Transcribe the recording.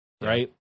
Right